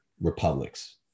republics